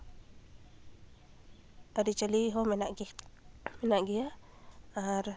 ᱟᱹᱨᱤᱼᱪᱟᱹᱞᱤ ᱦᱚᱸ ᱢᱮᱱᱟᱜ ᱜᱮᱭᱟ ᱟᱨ